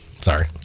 sorry